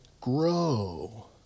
grow